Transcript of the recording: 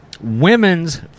women's